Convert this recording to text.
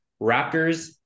Raptors